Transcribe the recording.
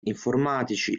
informatici